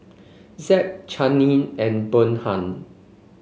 Zeb Channing and Bernhard